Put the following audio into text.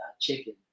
chicken